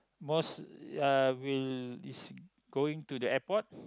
most uh will is going to the airport